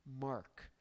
Mark